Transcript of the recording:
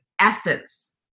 essence